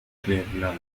cleveland